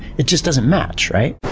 it just doesn't match, right?